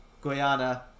Guyana